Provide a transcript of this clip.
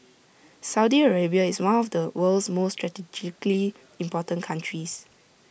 Saudi Arabia is one of the world's most strategically important countries